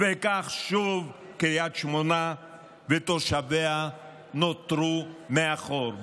וכך, שוב קריית שמונה ותושביה נותרו מאחור.